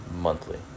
monthly